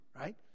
right